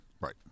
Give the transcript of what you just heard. right